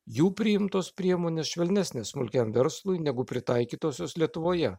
jų priimtos priemonės švelnesnės smulkiam verslui negu pritaikytosios lietuvoje